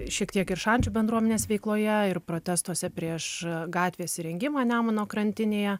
šiek tiek ir šančių bendruomenės veikloje ir protestuose prieš gatvės įrengimą nemuno krantinėje